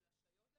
של השעיות,